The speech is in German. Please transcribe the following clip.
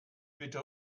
bitte